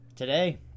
today